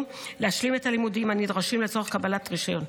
להשלים את הלימודים הנדרשים לצורך קבלת רישיון.